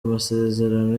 amasezerano